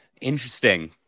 Interesting